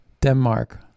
Denmark